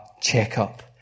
checkup